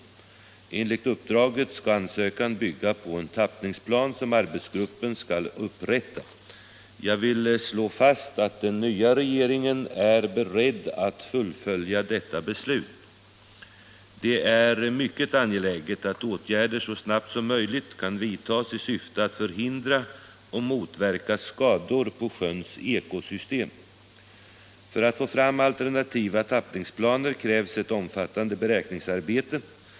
Enligt uppdraget skall ansökan bygga på en tappningsplan som arbetsgruppen skall upprätta. Jag vill slå fast att den nya regeringen är beredd att fullfölja detta beslut. Det är mycket angeläget att åtgärder så snabbt som möjligt kan vidtas i syfte att förhindra och motverka skador på sjöns ekosystem. För att få fram alternativa tappningsplaner krävs ett omfattande beräkningsarbete.